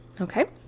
Okay